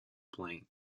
plain